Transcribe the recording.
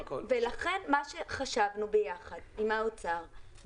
לכן מה שחשבנו ביחד עם האוצר,